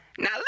Now